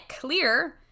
clear